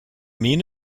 mean